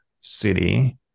city